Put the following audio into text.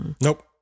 Nope